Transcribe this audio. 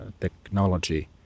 technology